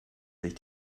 sich